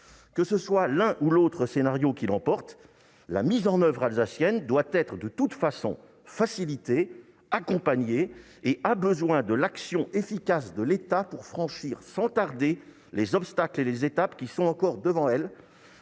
Que l'un ou l'autre scénario l'emporte, la mise en oeuvre alsacienne doit être de toute façon facilitée et accompagnée. Elle a besoin de l'action efficace de l'État pour franchir sans tarder les obstacles et les étapes qui sont encore devant elle